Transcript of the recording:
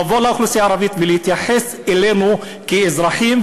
לבוא לאוכלוסייה הערבית ולהתייחס אלינו כאזרחים,